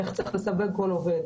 איך צריך לסווג כל עובד,